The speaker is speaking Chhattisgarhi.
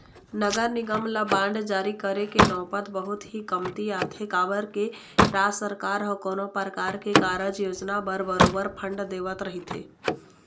नगर निगम ल बांड जारी करे के नउबत बहुत ही कमती आथे काबर के राज सरकार ह कोनो परकार के कारज योजना बर बरोबर फंड देवत रहिथे